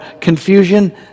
confusion